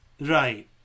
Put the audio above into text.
right